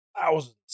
thousands